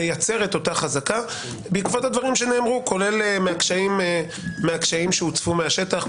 לייצר את אותה חזקה בעקבות הדברים שנאמרו כולל הקשיים שהוצפו מהשטח,